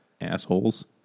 assholes